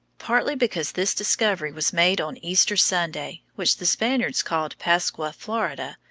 partly because this discovery was made on easter sunday, which the spaniards called pascua florida,